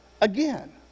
again